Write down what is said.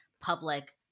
public